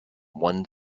won